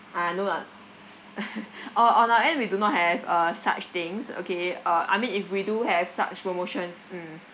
uh no ah o~ on our end we do not have uh such things okay uh I mean if we do have such promotions mm